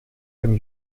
dem